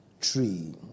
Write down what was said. tree